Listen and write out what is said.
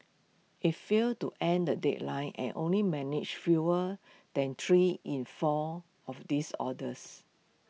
IT failed to end the deadline and only managed fewer than three in four of these orders